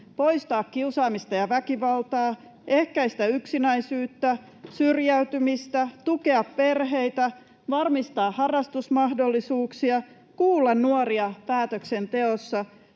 poistaa kiusaamista ja väkivaltaa, ehkäistä yksinäisyyttä, syrjäytymistä, tukea perheitä, varmistaa harrastusmahdollisuuksia, kuulla nuoria päätöksenteossa,